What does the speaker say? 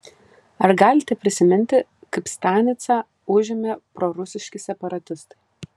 ar galite prisiminti kaip stanicą užėmė prorusiški separatistai